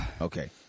Okay